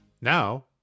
Now